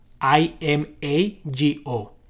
I-M-A-G-O